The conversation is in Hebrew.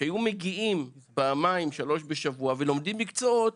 שהיו מגיעים פעמיים שלוש בשבוע ולומדים מקצועות